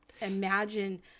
imagine